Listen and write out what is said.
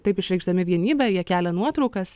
taip išreikšdami vienybę jie kelia nuotraukas